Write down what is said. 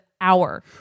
hour